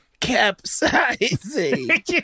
capsizing